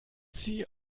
sie